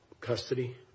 custody